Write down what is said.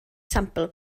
sampl